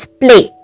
play